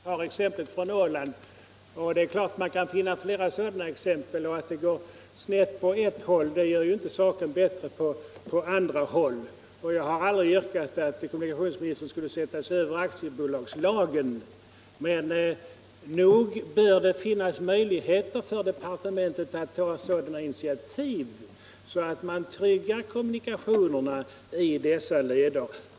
Herr talman! Kommunikationsministern tar ett exempel från Ålands Om sysselsättningen hav. Det är klart att man kan finna flera exempel, men att det går snett — vid Sonabs anläggpå ett håll gör ju inte saken bättre på andra håll. ning i Lövånger, Jag har aldrig yrkat på att kommunikationsministern skulle sätta sig — Mm.m. över aktiebolagslagen, men nog bör det finnas möjligheter för departementet att ta sådana initiativ att man tryggar kommunikationerna i dessa leder.